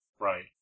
Right